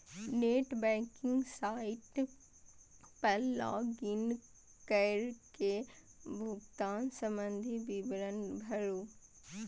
net banking site पर log in कैर के भुगतान संबंधी विवरण भरू